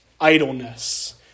Idleness